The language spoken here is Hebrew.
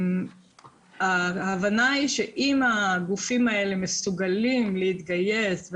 ההבנה היא שאם הגופים האלה מסוגלים להתגייס,